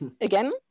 again